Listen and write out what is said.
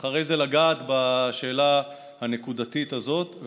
ואחרי זה לגעת בשאלה הנקודתית הזאת,